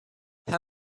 how